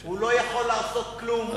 הוא לא יכול לעשות כלום,